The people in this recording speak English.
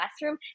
classroom